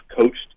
coached